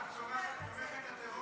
אני רוצה להקשיב לך.